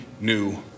new